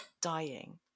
dying